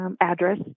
Address